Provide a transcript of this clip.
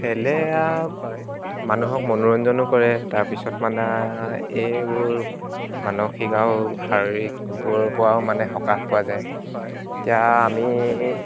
খেলে আৰু মানুহক মনোৰঞ্জনো কৰে তাৰ পিছত মানে এইবোৰ মানসিক আৰু শাৰীৰিকবোৰৰ পৰাও মানে সকাহ পোৱা যায় এতিয়া আমি